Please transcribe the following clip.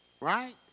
right